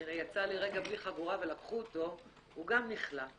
שיצא לרגע בלי חגורה ולקחו אותו, הוא גם נכלא.